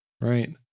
Right